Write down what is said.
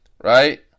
right